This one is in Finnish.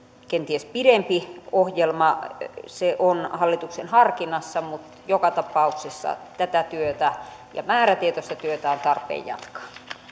kenties pidempi ohjelma se on hallituksen harkinnassa mutta joka tapauksessa tätä työtä ja määrätietoista työtä on tarpeen jatkaa